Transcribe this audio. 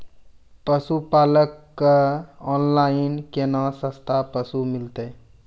पशुपालक कऽ ऑनलाइन केना सस्ता पसु मिलतै?